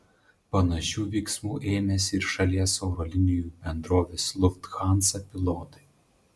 panašių veiksmų ėmėsi ir šalies oro linijų bendrovės lufthansa pilotai